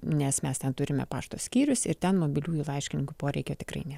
nes mes ten turime pašto skyrius ir ten mobiliųjų laiškininkų poreikio tikrai nėra